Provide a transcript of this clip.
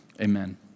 amen